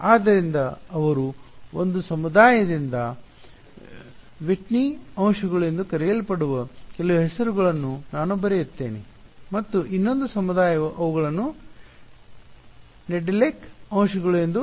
ಆದ್ದರಿಂದ ಅವರು ಒಂದು ಸಮುದಾಯದಿಂದ ವಿಟ್ನಿ ಅಂಶಗಳು ಎಂದು ಕರೆಯಲ್ಪಡುವ ಕೆಲವು ಹೆಸರುಗಳನ್ನು ನಾನು ಬರೆಯುತ್ತೇನೆ ಮತ್ತು ಇನ್ನೊಂದು ಸಮುದಾಯವು ಅವುಗಳನ್ನು ನೆಡೆಲೆಕ್ ಅಂಶಗಳು ಎಂದು ಕರೆಯುತ್ತದೆ